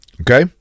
Okay